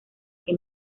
que